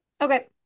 okay